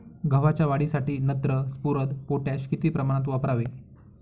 गव्हाच्या वाढीसाठी नत्र, स्फुरद, पोटॅश किती प्रमाणात वापरावे?